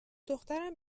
دخترم